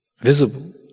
visible